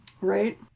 Right